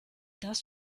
das